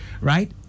right